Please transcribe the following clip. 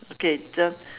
okay tell